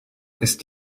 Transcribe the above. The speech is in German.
ist